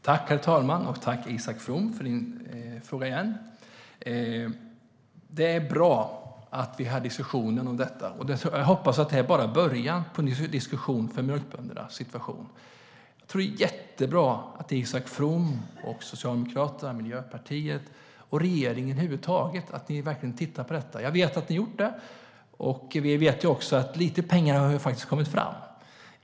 Herr talman! Jag tackar Isak From för repliken. Det är bra att vi för en diskussion om detta. Jag hoppas att det bara är början på en diskussion om mjölkböndernas situation. Det är jättebra att Isak From, Socialdemokraterna, Miljöpartiet och regeringen tittar på det här. Jag vet att ni har gjort det. Vi vet också att lite pengar faktiskt har kommit fram.